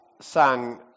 sang